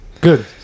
good